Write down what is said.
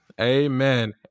Amen